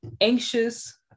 anxious